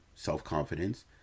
self-confidence